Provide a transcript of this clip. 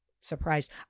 surprised